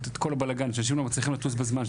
את כל הבלגן שאנשים לא מצליחים לטוס בזמן,